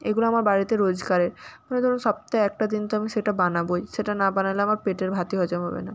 এগুলো আমার বাড়িতে রোজগারের মানে ধরুন সপ্তাহে একটা দিন তো আমি সেটা বানাবোই সেটা না বানালে আমার পেটের ভাতই হজম হবে না